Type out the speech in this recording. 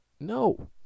No